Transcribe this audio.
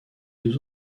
deux